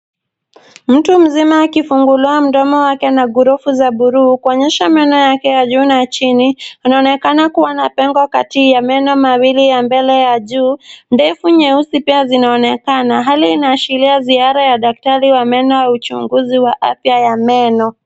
Mtu mzima akifunguliwa mdomo wake na glovu za buluu kuonyesha meno yake ya juu na ya chini, anaonekana kuwa na pengo kati ya meno mawili ya mbele ya juu, nefu nyeupe pia zinaonekana, hali inaashiria ziara ya daktari wa meno au uchunguzi wa afya ya meno.